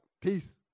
Peace